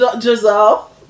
Giselle